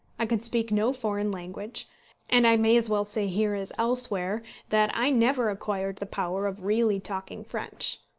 i could speak no foreign language and i may as well say here as elsewhere that i never acquired the power of really talking french.